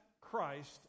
Christ